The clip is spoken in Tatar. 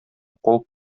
полк